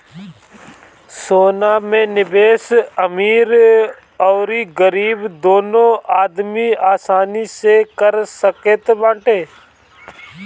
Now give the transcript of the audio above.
सोना में निवेश अमीर अउरी गरीब दूनो आदमी आसानी से कर सकत बाटे